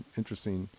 interesting